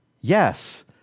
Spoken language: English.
Yes